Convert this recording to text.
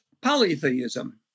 polytheism